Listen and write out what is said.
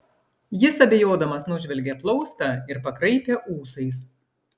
jis abejodamas nužvelgė plaustą ir pakraipė ūsais